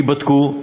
וייבדקו,